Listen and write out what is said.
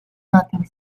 nothing